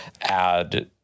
add